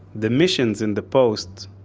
the missions in the post,